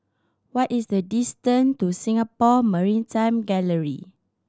what is the distance to Singapore Maritime Gallery